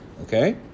okay